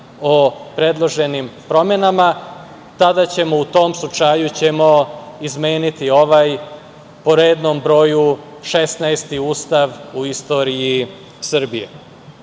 o predloženim promenama, tada ćemo u tom slučaju izmeniti ovaj po rednom broju šesnaesti Ustav u istoriji Srbije. Što